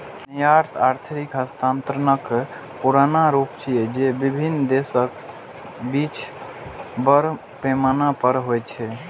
निर्यात आर्थिक हस्तांतरणक पुरान रूप छियै, जे विभिन्न देशक बीच बड़ पैमाना पर होइ छै